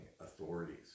authorities